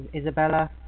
Isabella